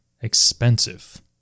expensive